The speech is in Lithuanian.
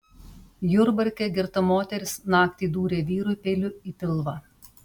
jurbarke girta moteris naktį dūrė vyrui peiliu į pilvą